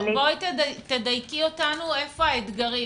איפה האתגרים?